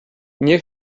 nie